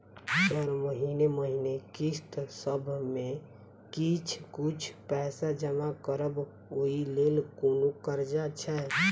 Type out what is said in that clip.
Sir महीने महीने किस्तसभ मे किछ कुछ पैसा जमा करब ओई लेल कोनो कर्जा छैय?